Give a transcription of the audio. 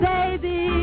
Baby